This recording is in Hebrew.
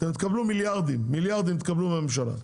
תקבלו מיליארדים מהממשלה.